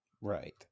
Right